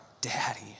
daddy